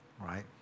Right